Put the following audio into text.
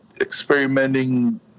Experimenting